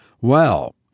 Well